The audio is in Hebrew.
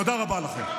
תודה רבה לכם.